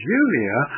Julia